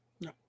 No